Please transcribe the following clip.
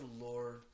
Lord